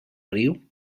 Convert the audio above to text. riu